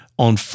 on